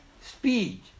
Speed